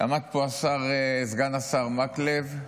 עמד פה סגן השר מקלב,